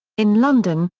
in london,